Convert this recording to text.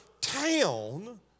town